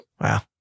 Wow